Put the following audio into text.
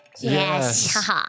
Yes